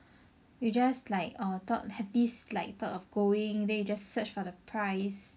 you just like orh thought happy like thought of going like search for the price